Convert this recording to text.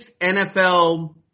NFL